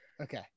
Okay